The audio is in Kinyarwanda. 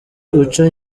uca